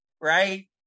right